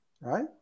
right